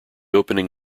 opening